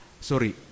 Sorry